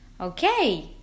Okay